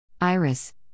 Iris